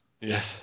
Yes